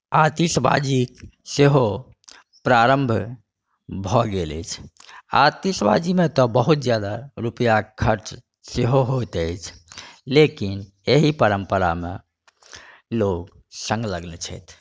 आतिशबाजी सेहो प्रारम्भ भऽ गेल अछि आओर आतिशबाजीमे तऽ बहुत ज्यादा रुपैआके खर्च सेहो होइत अछि लेकिन एहि परम्परामे लोक सँलग्न छथि